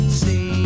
see